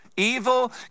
Evil